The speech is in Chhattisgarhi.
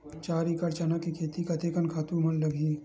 चार एकड़ चना के खेती कतेकन खातु लगही?